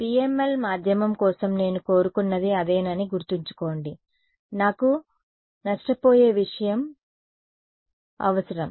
PML మాధ్యమం కోసం నేను కోరుకున్నది అదేనని గుర్తుంచుకోండి నాకు నష్టపోయే విషయం అవసరం